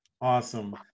Awesome